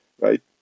Right